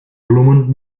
bloemen